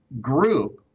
group